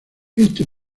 este